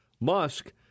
Musk